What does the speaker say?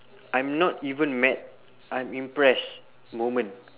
I'm not even mad I'm impressed moment